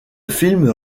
film